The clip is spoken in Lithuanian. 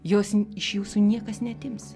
jos iš jūsų niekas neatims